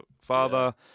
father